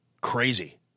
Crazy